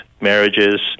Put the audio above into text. marriages